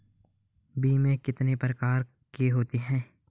बीमा कितने प्रकार के होते हैं?